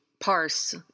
parse